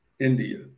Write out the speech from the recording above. India